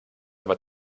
aber